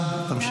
הגיעה לי קריאה,